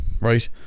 Right